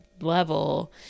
level